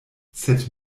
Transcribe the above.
sed